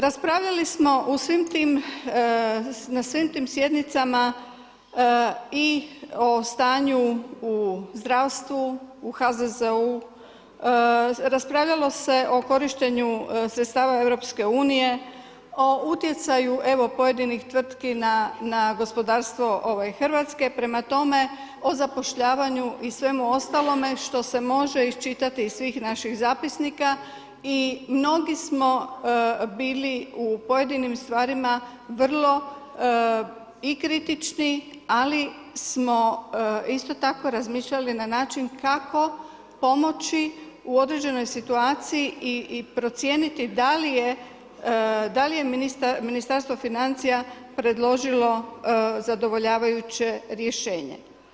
Raspravljali smo na svim tim sjednicama i o stanju u zdravstvu u HZZO-u, raspravljalo se o korištenju sredstava EU, o utjecaju pojedinih tvrtki na gospodarstvo Hrvatske, prema tome o zapošljavanju i svemu ostalome što se može iščitati iz svih naših zapisnika i mnogi smo bili u pojedinim stvarima vrlo i kritični, ali smo isto tako razmišljali na način kako pomoći u određenoj situaciji i procijeniti da li je Ministarstvo financija predložilo zadovoljavajuće rješenje.